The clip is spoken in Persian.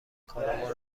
کارمان